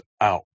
out